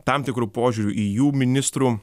tam tikru požiūriu į jų ministrų